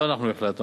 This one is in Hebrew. לא אנחנו החלטנו,